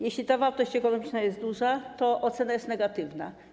Jeśli ta wartość ekonomiczna jest duża, to ocena jest negatywna.